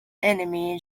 enemy